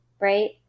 right